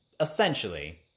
Essentially